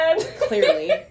Clearly